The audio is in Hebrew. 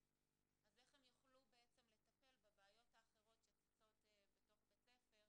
אז איך הם יוכלו לטפל בבעיות האחרות שצצות בתוך בית ספר?